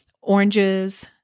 oranges